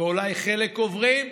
ואולי חלק עוברים.